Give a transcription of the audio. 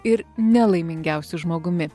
ir nelaimingiausiu žmogumi